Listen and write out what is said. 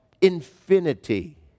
infinity